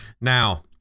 Now